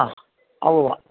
ആ ആ ഉവ്വുവ്വ്